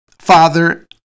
Father